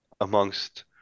amongst